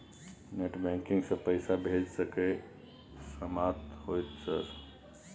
Net banking से पैसा भेज सके सामत होते सर?